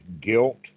Guilt